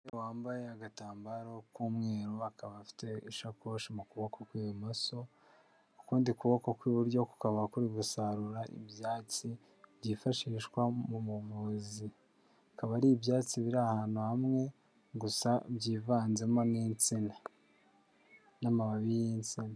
Umugore wambaye agatambaro k'umweru akaba afite ishakoshi mu kuboko kw'ibumoso, ukundi kuboko kw'iburyo kukaba kuri gusarura ibyatsi byifashishwa mu buvuzi, bikaba ari ibyatsi biri ahantu hamwe gusa byivanzemo n'insina n'amababi y'insina.